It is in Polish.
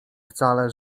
wcale